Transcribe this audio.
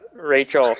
Rachel